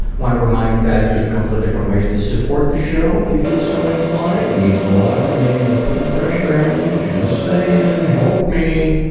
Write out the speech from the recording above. want to remind you guys there's a couple of different ways to support the show if you feel so inclined. it means a lot to me, i'm not putting pressure on you. just saying, help me.